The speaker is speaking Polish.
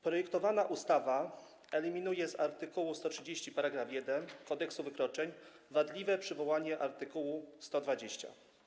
Projektowana ustawa eliminuje z art. 130 § 1 Kodeksu wykroczeń wadliwe przywołanie art. 120.